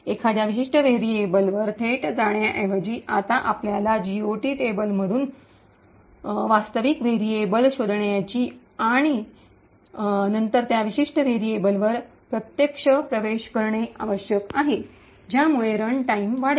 एखाद्या विशिष्ट व्हेरिएबलवर थेट जाण्याऐवजी आता आपल्याला जीओटी टेबलमधून वास्तविक व्हेरिएबल शोधण्याची आणि नंतर त्या विशिष्ट व्हेरिएबलवर अप्रत्यक्ष प्रवेश करणे आवश्यक आहे ज्यामुळे रनटाइम वाढेल